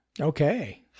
Okay